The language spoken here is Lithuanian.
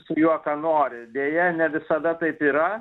su juo ką nori deja ne visada taip yra